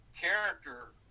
character